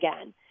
again